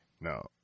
No